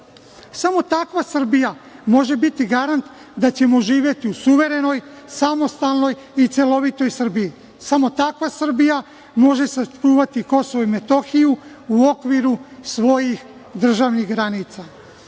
samo takva Srbija može biti garant da ćemo živeti u suverenoj, samostalnoj i celovitoj Srbiji, samo takva Srbija može sačuvati KiM u okviru svojih državnih granica,